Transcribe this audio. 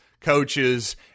coaches